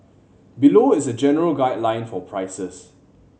below is a general guideline for prices